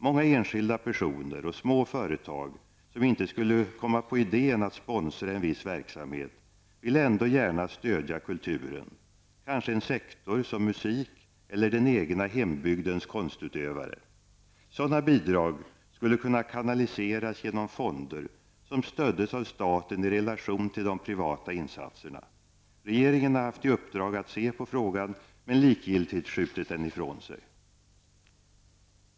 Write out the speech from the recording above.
Många enskilda personer och små företag som inte skulle komma på idén att sponsra en viss verksamhet vill ändå gärna stödja kulturen -- kanske en sektor som musik eller den egna hembygdens konstutövare. Sådana bidrag skulle kunna kanaliseras genom fonder som stöddes av staten i relation till de privata insatserna. Regeringen har haft i uppdrag att se på frågan, men likgiltigt skjutit den ifrån sig.